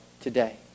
today